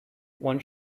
one